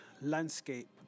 landscape